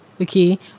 okay